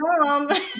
mom